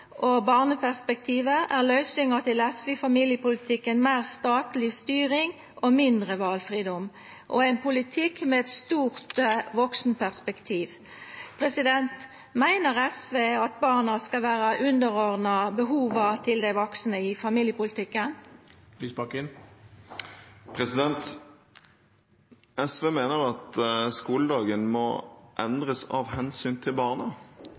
og barneperspektivet, er løysinga til SV i familiepolitikken meir statleg styring, mindre valfridom og ein politikk med eit stort vaksenperspektiv. Meiner SV at barna skal vera underordna behova til dei vaksne i familiepolitikken? SV mener at skoledagen må endres av hensyn til